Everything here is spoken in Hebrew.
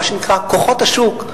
מה שנקרא כוחות השוק,